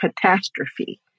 catastrophe